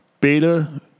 beta